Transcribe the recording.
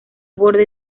borde